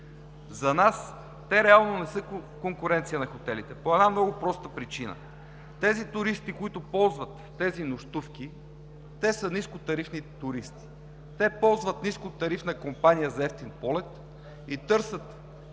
За нас те реално не са конкуренция на хотелите по една много проста причина – туристите, които ползват тези нощувки, са ниско тарифни туристи, те ползват нискотарифна компания за евтин полет и търсят